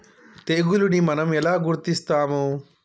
తెగులుని మనం ఎలా గుర్తిస్తాము?